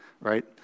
right